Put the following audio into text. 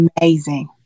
Amazing